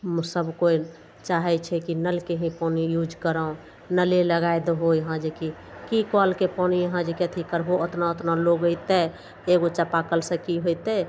सब कोइ चाहय छै कि नलके ही पानि यूज करब नले लगाय दहो यहाँ जे कि की कलके पानि यहाँ जे कि अथी करबहो अतना अतना लोग अयतय एगो चापाकलसँ की होयतय